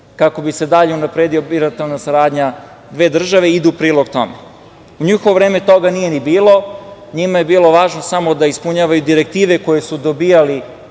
kako bi se dalje unapredio bilateralna saradnja dve države ide u prilog tome.U njihovo vreme toga nije ni bilo. Njima je bilo važno samo da ispunjavaju direktive koje su dobijali